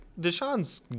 Deshaun's